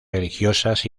religiosas